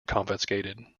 confiscated